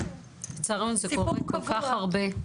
--- שמענו כל-כך הרבה,